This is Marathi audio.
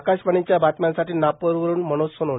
आकाशवाणीच्या बातम्यासाठी नागपूर वरून मनोज सोनोने